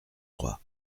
droit